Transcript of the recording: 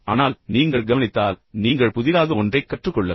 ஆனால் நீங்கள் கவனித்தால் நீங்கள் புதிதாக ஒன்றைக் கற்றுக்கொள்ளலாம்